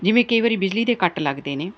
ਜਿਵੇਂ ਕਈ ਵਾਰੀ ਬਿਜਲੀ ਦੇ ਕੱਟ ਲੱਗਦੇ ਨੇ